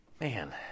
man